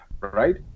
right